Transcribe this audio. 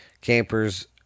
campers